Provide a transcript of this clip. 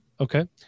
Okay